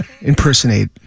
impersonate